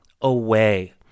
away